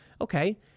Okay